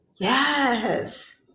Yes